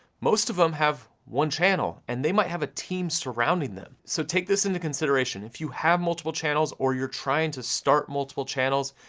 most of them have one channel, and they might have a team surrounding them. so take this into consideration, if you have multiple channels, or you're trying to start multiple channels,